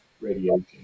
radiation